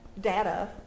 data